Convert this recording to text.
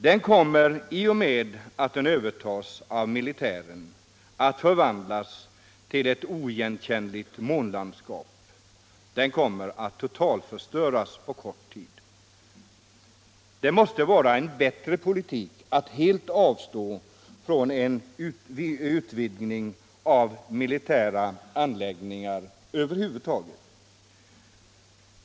Den kommer i och med att den övertas av militären att förvandlas till ett oigenkännligt månlandskap. Den kommer att totalförstöras på kort tid. Det måste vara en bättre politik att helt avstå från en utvidgning av militära anläggningar över huvud taget.